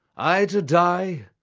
i to die,